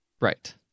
right